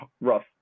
rough